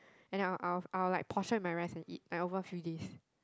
and then I'll I'll I'll like portion with my rice and eat like over few days